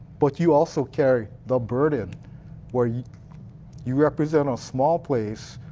but you also carry the burden where you you represent a small place